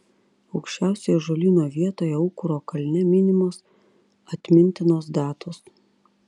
aukščiausioje ąžuolyno vietoje aukuro kalne minimos atmintinos datos